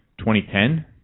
2010